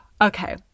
Okay